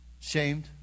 shamed